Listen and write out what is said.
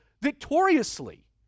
victoriously